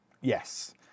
Yes